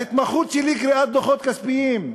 ההתמחות שלי היא קריאת דוחות כספיים,